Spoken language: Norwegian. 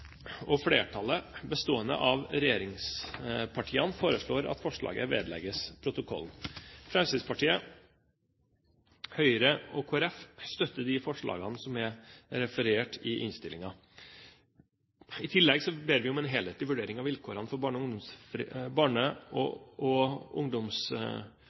og flertallet, bestående av regjeringspartiene, foreslår at forslaget vedlegges protokollen. Fremskrittspartiet, Høyre og Kristelig Folkeparti støtter de forslagene som er referert i innstillingen. I tillegg ber vi om en helhetlig vurdering av vilkårene for barne- og ungdomsorganisasjonene, hvor også incentivordninger som skattefradrag, grenser for lønnsoppgaveplikt og